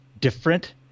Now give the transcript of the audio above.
different